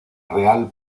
real